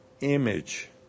image